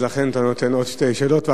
ולכן אתה נותן עוד שתי שאלות.